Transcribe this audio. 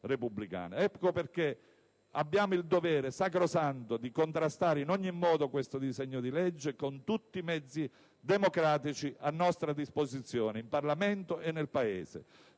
Ecco perché abbiamo il dovere sacrosanto di contrastare in ogni modo questo disegno di legge, con tutti i mezzi democratici a nostra disposizione in Parlamento e nel Paese.